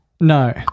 no